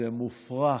זה מופרך,